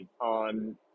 on